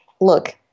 look